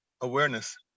awareness